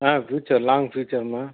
ah future long ஃப்யூச்சர்ம்மா